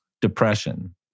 depression